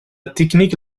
technique